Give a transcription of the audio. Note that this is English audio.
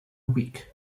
week